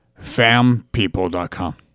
fampeople.com